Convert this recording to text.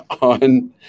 on